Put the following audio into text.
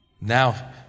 Now